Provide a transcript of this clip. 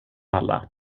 alla